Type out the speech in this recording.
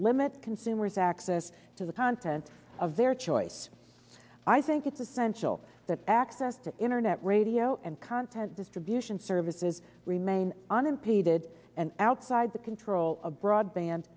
limit consumers access to the content of their choice i think it's essential that access to internet radio and content distribution services remain unimpeded and outside the control of broadband